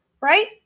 right